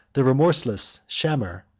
the remorseless shamer,